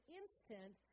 instant